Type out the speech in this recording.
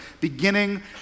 beginning